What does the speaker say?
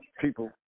people